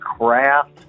craft